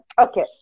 Okay